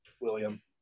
William